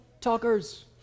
talkers